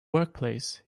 workplace